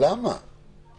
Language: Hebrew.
אני